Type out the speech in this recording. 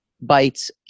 Bites